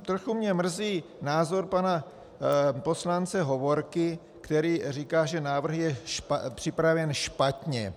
Trochu mě mrzí názor pana poslance Hovorky, který říká, že návrh je připraven špatně.